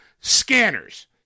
Scanners